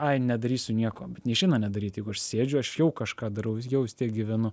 ai nedarysiu nieko bet neišeina nedaryt jeigu aš sėdžiu aš jau kažką darau ir jau vis tiek gyvenu